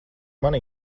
mana